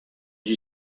you